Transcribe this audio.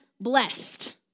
blessed